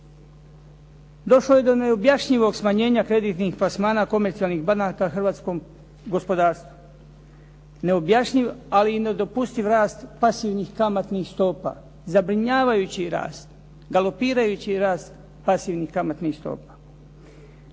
Došlo je do neobjašnjivog smanjenja kreditnih plasmana komercijalnih banaka hrvatskom gospodarstvu. Neobjašnjiv ali i nedopustiv rast pasivnih kamatnih stopa, zabrinjavajući rast, galopirajući rast pasivnih kamatnih stopa.